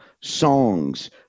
songs